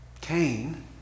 Cain